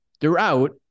throughout